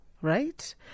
right